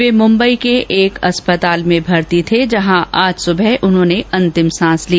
वे मुंबई के एक अस्पताल में भर्ती थे जहां आज सुबह उन्होंने अंतिम सांस ली